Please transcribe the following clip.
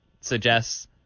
suggests